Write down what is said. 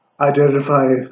identify